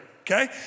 okay